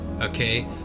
okay